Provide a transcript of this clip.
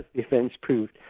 events proved.